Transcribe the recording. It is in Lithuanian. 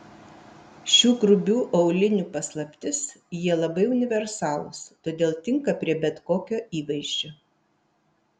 šių grubių aulinių paslaptis jie labai universalūs todėl tinka prie bet kokio įvaizdžio